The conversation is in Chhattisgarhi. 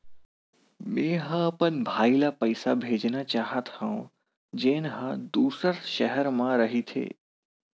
मेंहा अपन भाई ला पइसा भेजना चाहत हव, जेन हा दूसर शहर मा रहिथे